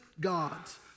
God's